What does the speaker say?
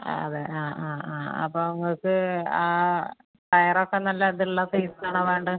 ആ അതെ ആ ആ ആ അപ്പോൾ നിങ്ങൾക്ക് ആ ടയറൊക്കെ നല്ല ഇതുള്ള സൈസാണോ വേണ്ടത്